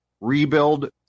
rebuild